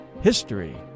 history